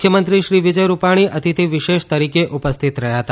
મુખ્યમંત્રી શ્રી વિજય રૂપાણી અતિથિ વિશેષ તરીકે ઉપસ્થિત રહ્યા હતા